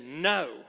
no